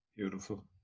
Beautiful